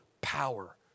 power